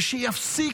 ושיפסיק,